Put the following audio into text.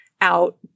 out